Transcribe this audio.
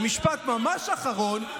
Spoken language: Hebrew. ומשפט ממש אחרון,